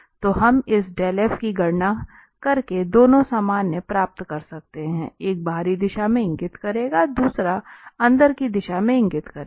तो हम इस की गणना करके दोनों सामान्य प्राप्त कर सकते हैं एक बाहरी दिशा में इंगित करेगा दूसरा अंदर की दिशा में इंगित करेगा